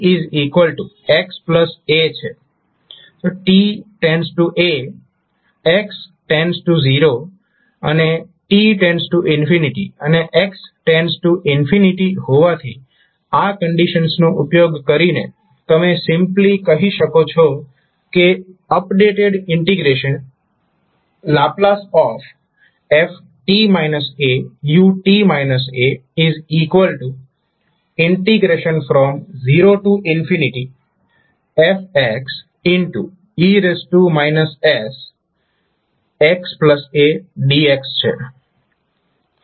t → a x → 0 અને t → x → હોવાથી આ કંડીશન્સનો ઉપયોગ કરીને તમે સિમ્પ્લી કહી શકો છો કે updated integration ℒ f u0f e sxadx છે